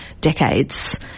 decades